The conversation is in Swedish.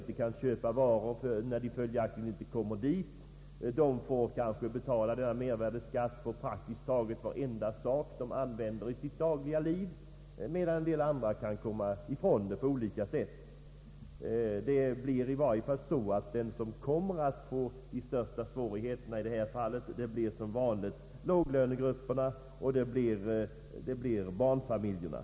Dessa grupper torde få betala mervärdeskatt på praktiskt taget allt de använder i sitt dagliga liv, medan en del andra kan komma undan den på olika sätt. Det blir i varje fall så att de största svårigheterna i det här fallet som vanligt drabbar låglönegrupperna och barnfamiljerna.